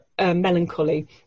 Melancholy